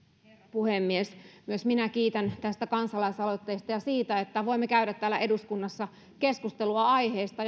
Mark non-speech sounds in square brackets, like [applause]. puhemies myös minä kiitän tästä kansalaisaloitteesta ja siitä että voimme käydä täällä eduskunnassa keskustelua aiheesta [unintelligible]